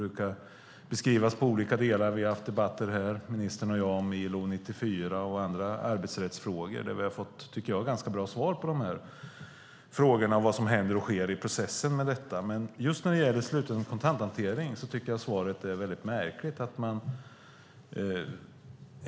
Vi har haft debatter här ministern och jag om ILO 94 och andra arbetsrättsfrågor. Vi har fått ganska bra svar på frågorna om vad som händer och sker i processen med detta. Just när det gäller sluten kontanthantering är svaret väldigt märkligt.